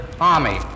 Army